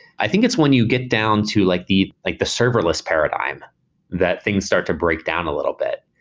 i think it's when you get down to like the like the serverless paradigm that things start to break down a little bit,